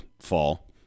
fall